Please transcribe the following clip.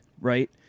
Right